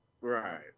Right